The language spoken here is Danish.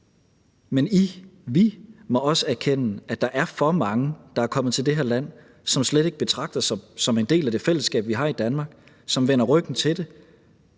Men I, vi, må også erkende, at der er for mange, der er kommet til det her land, som slet ikke betragter sig som en del af det fællesskab, vi har i Danmark, som vender ryggen til det,